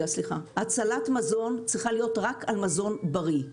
הצלת מזון צריכה להיות רק על מזון בריא.